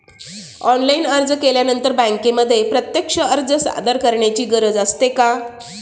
Online अर्ज केल्यानंतर बँकेमध्ये प्रत्यक्ष अर्ज सादर करायची गरज असते का?